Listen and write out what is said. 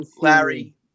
Larry